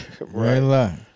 Right